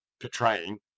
portraying